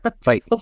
Fight